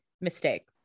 Mistake